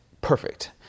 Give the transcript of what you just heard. perfect